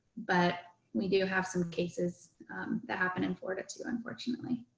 but we do have some cases that happened in florida too unfortunately.